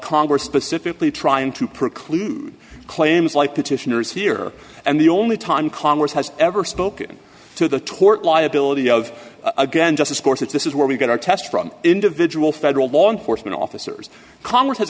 congress specifically trying to preclude claims like petitioners here and the only time congress has ever spoken to the tort liability of again just of course it's this is where we get our test from individual federal law enforcement officers congress has